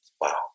Wow